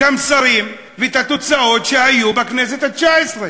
המסרים ואת התוצאות שהיו בכנסת התשע-עשרה,